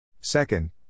Second